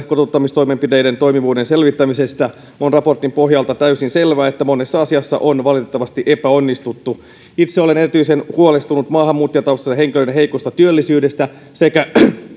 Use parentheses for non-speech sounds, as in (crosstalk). (unintelligible) kotouttamistoimenpiteiden toimivuuden selvittämisestä on raportin pohjalta täysin selvää että monessa asiassa on valitettavasti epäonnistuttu itse olen erityisen huolestunut maahanmuuttajataustaisten henkilöiden heikosta työllisyydestä sekä